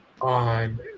on